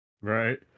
Right